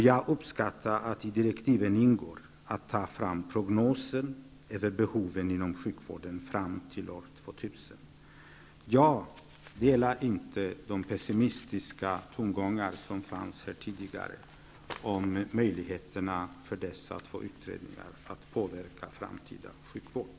Jag uppskattar att det i direktiven ingår att ta fram prognoser över behoven inom sjukvården fram till år 2000. Jag delar inte de pessimistiska tongångar som kommit fram tidigare om möjligheterna för dessa två utredningar att påverka framtida sjukvård.